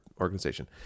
organization